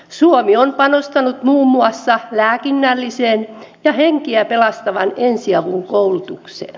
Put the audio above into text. suomi on panostanut muun muassa lääkinnälliseen ja henkiä pelastavan ensiavun koulutukseen